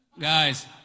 Guys